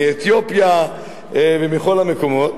מאתיופיה ומכל המקומות.